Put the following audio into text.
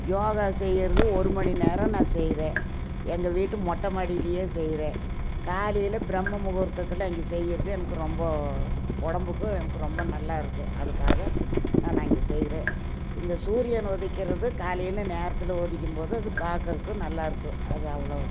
யோகா செய்கிறது ஒரு மணி நேரம் நான் செய்கிறேன் எங்கள் வீட்டு மொட்டை மாடியிலேயே செய்கிறேன் காலையில் பிரம்ம முகூர்த்தத்தில் இங்கே செய்கிறது எனக்கு ரொம்ப உடம்புக்கு எனக்கு ரொம்ப நல்லா இருக்குது அதுக்காக நான் இங்கே செய்கிறேன் இந்த சூரியன் உதிக்கிறது காலையில் நேரத்தில் உதிக்கும்போது அது பார்க்குறக்கு நல்லாயிருக்கு அது அவ்வளோ